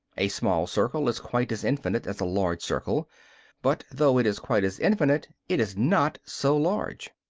a small circle is quite as infinite as a large circle but, though it is quite as infinite, it is not so large.